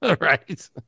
right